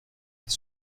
les